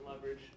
leverage